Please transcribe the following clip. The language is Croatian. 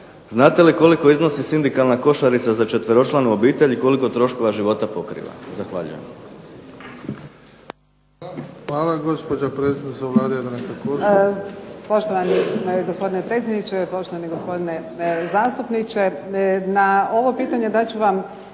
znate li koliko iznosi sindikalna košarica za četveročlanu obitelj i koliko troškova života pokriva? Zahvaljujem. **Bebić, Luka (HDZ)** Hvala. Gospođa predsjednica Vlade Jadranka Kosor. **Kosor, Jadranka (HDZ)** Poštovani gospodine predsjedniče, poštovani gospodine zastupniče. Na ovo pitanje dat ću vam